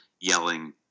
yelling